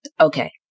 okay